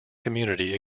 community